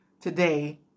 today